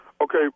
Okay